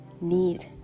need